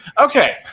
Okay